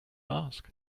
ask